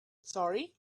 sorry